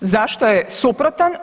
Zašto je suprotan?